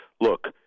look—